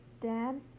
Dad